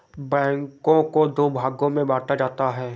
बैंकों को दो भागों मे बांटा जाता है